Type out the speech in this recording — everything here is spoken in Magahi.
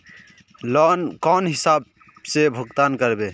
लोन कौन हिसाब से भुगतान करबे?